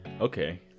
Okay